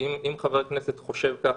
אם חבר כנסת חושב כך,